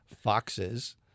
foxes